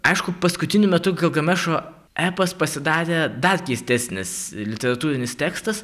aišku paskutiniu metu gilgamešo epas pasidarė dar keistesnis literatūrinis tekstas